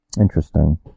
Interesting